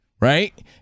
right